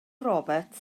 roberts